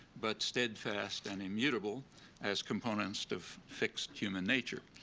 but steadfast and immutable as components of fixed human nature.